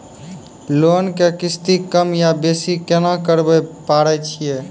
Loan के किस्ती कम या बेसी केना करबै पारे छियै?